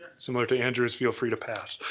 similar to andrew, feel free to pass.